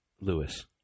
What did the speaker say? lewis